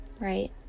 right